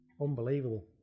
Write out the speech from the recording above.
Unbelievable